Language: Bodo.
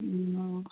अ